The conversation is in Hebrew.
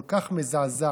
כל כך מזעזעת.